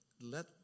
let